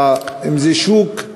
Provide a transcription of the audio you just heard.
ואם זה שוק,